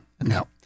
No